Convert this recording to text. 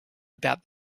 about